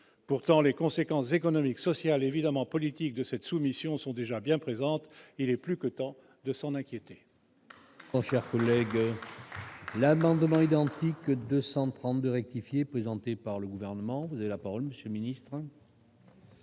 pourtant les conséquences économiques, sociales évidemment politique de cette soumission sont déjà bien présentes, il est plus que temps de s'en inquiéter.